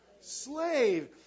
slave